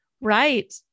Right